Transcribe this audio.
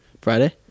Friday